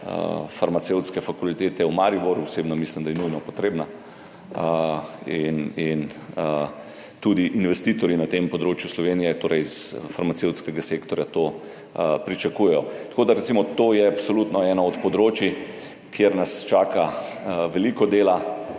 farmacevtske fakultete v Mariboru. Osebno mislim, da je nujno potrebna. Tudi investitorji na tem področju Slovenije, torej iz farmacevtskega sektorja, to pričakujejo. Tako da to recimo je absolutno eno od področij, kjer nas čaka veliko dela.